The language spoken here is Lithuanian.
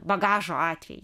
bagažo atvejį